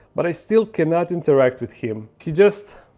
but i still cannot interact with him. he just.